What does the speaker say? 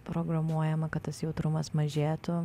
programuojama kad tas jautrumas mažėtų